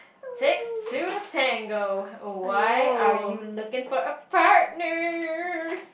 six zero to tango why are you looking for a partner